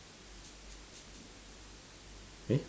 eh